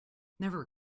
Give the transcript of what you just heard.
never